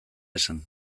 esan